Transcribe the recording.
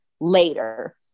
later